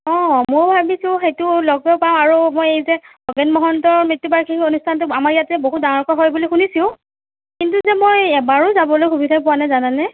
অ' মই ভাবিছোঁ সেইটো লগো পাম মই আৰু এই যে খগেন মহন্তৰ মৃত্যু বাৰ্ষিকী অনুষ্ঠানটো আমাৰ ইয়াত যে বহুত ডাঙৰকৈ হয় বুলি শুনিছোঁ কিন্তু যে মই এবাৰো যাবলৈ সুবিধা পোৱা নাই জানানে